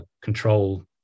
control